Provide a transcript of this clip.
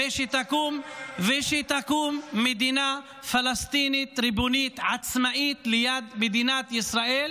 איזה כיבוש היה בבארי.